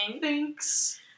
Thanks